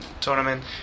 tournament